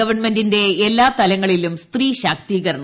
ഗവൺമെന്റിന്റെ എല്ലാ തലങ്ങളിലും സ്ത്രീ ശാക്തീകരണം